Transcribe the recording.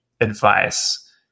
advice